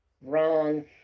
wrong